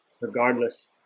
regardless